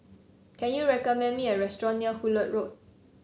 can you recommend me a restaurant near Hullet Road